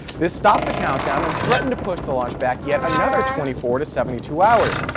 this stopped the countdown, and threatened to push the launch back yet another twenty four to seventy two hours.